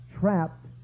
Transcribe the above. trapped